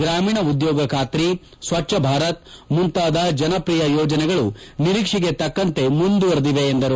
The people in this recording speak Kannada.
ಗ್ರಾಮೀಣ ಉದ್ಯೋಗ ಖಾತರಿಸ್ವಚ್ಚಭಾರತ್ ಮುಂತಾದ ಜನಪ್ರಿಯ ಯೋಜನೆಗಳು ನಿರೀಕ್ಷೆಗೆ ತಕ್ಕಂತೆ ಮುಂದುವರಿದಿವೆ ಎಂದರು